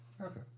Okay